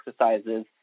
exercises